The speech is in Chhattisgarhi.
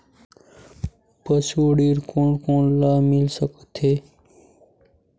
पशु ऋण कोन कोन ल मिल सकथे?